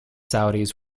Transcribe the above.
saudis